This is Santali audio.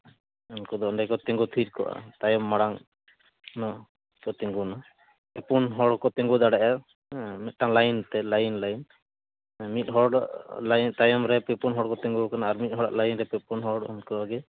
ᱩᱱᱠᱩ ᱫᱚ ᱚᱸᱰᱮ ᱠᱚ ᱛᱤᱸᱜᱩ ᱛᱷᱤᱨ ᱠᱚᱜᱼᱟ ᱛᱟᱭᱚᱢ ᱢᱟᱲᱟᱝ ᱠᱚ ᱛᱤᱸᱜᱩᱱᱟ ᱯᱩᱱ ᱦᱚᱲ ᱠᱚ ᱛᱤᱸᱜᱩ ᱫᱟᱲᱮᱭᱟᱜᱼᱟ ᱢᱤᱫᱴᱟᱱ ᱞᱟᱭᱤᱱᱛᱮ ᱞᱟᱭᱤᱱ ᱞᱟᱭᱤᱱ ᱦᱮᱸ ᱢᱤᱫ ᱦᱚᱲ ᱫᱚ ᱞᱟᱭᱤᱱ ᱛᱟᱭᱚᱢ ᱨᱮ ᱯᱮ ᱯᱩᱱ ᱦᱚᱲ ᱠᱚ ᱛᱤᱸᱜᱩᱣᱟᱠᱟᱱᱟ ᱟᱨ ᱢᱤᱫ ᱦᱚᱲᱟᱜ ᱞᱟᱭᱤᱱ ᱨᱮ ᱯᱮ ᱯᱩᱱ ᱦᱚᱲ ᱚᱱᱠᱟᱜᱮ